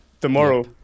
tomorrow